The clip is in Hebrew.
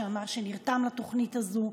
שאמר שנרתם לתוכנית הזאת,